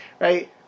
right